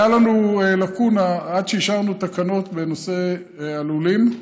הייתה לנו לקונה, עד שאישרנו תקנות בנושא הלולים,